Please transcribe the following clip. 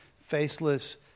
faceless